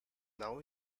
now